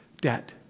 debt